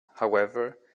however